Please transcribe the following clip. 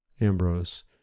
Ambrose